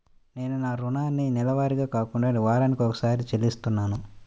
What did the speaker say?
నేను నా రుణాన్ని నెలవారీగా కాకుండా వారానికోసారి చెల్లిస్తున్నాను